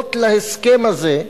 ערבות להסכם הזה,